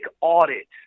audit